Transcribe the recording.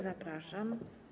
Zapraszam.